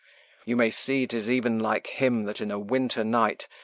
you may see, tis even like him, that in a winter night,